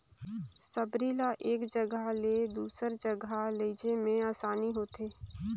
सबरी ल एक जगहा ले दूसर जगहा लेइजे मे असानी होथे